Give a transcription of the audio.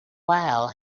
while